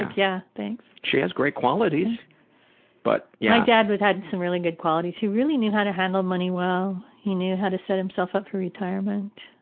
yeah, thanks! she has great qualities but yeah. my dad would had some really good qualities. he really knew how to handle money well. he knew how to set himself up for retirement.